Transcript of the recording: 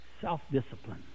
Self-discipline